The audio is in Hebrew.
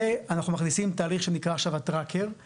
ואנחנו מכניסים תהליך שנקרא עכשיו ה"טרקר" (Tracker),